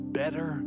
better